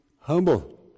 humble